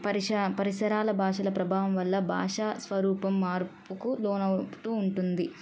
పరిష పరిసరాల భాషల ప్రభావం వల్ల భాషా స్వరూపం మార్పుకు లోనవుతూ ఉంటుంది